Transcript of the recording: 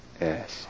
Yes